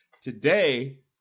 Today